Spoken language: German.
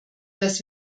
dass